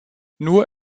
nur